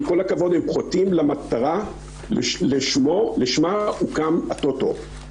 עם כל הכבוד, הם חוטאים למטרה לשמה הוקם הטוטו.